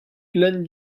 glenn